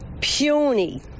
puny